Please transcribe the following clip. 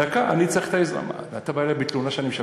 אבל אתה איש הביצוע.